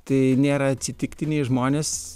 tai nėra atsitiktiniai žmonės